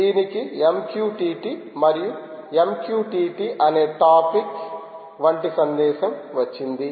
దీనికి MQTT మరియు MQTT అనే టాపిక్ వంటి సందేశం వచ్చింది